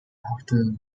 after